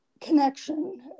connection